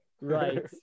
right